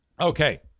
Okay